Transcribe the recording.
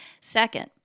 Second